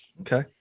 Okay